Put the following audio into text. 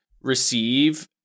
receive